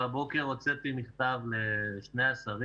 והבוקר הוצאתי מכתב לשני השרים.